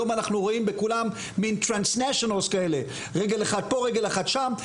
היום אנחנו רואים בכולם רגל אחת פה, רגל אחת שם.